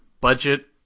budget